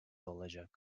olacak